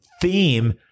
theme